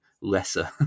lesser